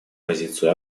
позицию